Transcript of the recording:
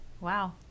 Wow